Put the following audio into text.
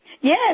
Yes